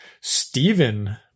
Stephen